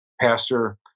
Pastor